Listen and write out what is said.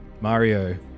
Mario